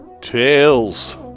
Tails